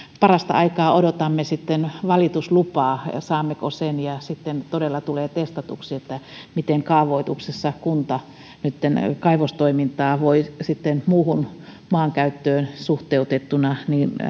parastaikaa odotamme valituslupaa saammeko sen ja sitten todella tulee testatuksi miten kaavoituksessa kunta nytten kaivostoimintaa voi muuhun maankäyttöön suhteutettuna